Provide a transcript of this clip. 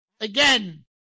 Again